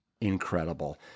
incredible